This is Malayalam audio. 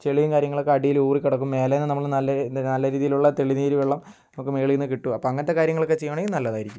ചളിയും കാര്യങ്ങളൊക്കെ അടിയിൽ ഊറി കിടക്കും മേലെയെന്ന് നമ്മൾ നല്ല നല്ല രീതിയിലുള്ള തെളിനീര് വെള്ളം നമുക്ക് മുകളിൽ നിന്ന് കിട്ടും അപ്പം അങ്ങനത്തെ കാര്യങ്ങളൊക്കെ ചെയ്യുകയാണെങ്കിൽ നല്ലതായിരിക്കും